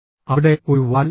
അവിടെ ഒരു വാൽ ഉണ്ട്